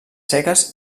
seques